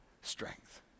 strength